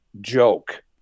joke